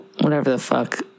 whatever-the-fuck